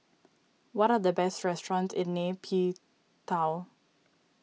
what are the best restaurants in Nay Pyi Taw